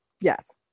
Yes